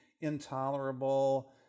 intolerable